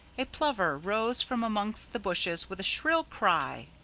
a plover rose from amongst the bushes with a shrill cry.